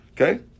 Okay